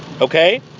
Okay